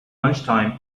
lunchtime